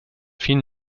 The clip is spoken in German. viel